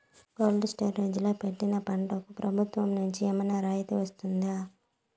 Cold storage లో పెట్టిన పంటకు ప్రభుత్వం నుంచి ఏమన్నా రాయితీ వస్తుందా?